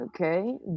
okay